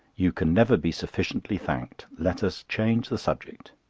you can never be sufficiently thanked. let us change the subject.